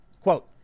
Quote